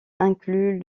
inclut